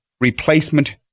replacement